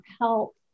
help